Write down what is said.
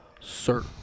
Sir